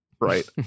right